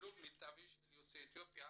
לשילוב מיטיבי של יוצאי אתיופיה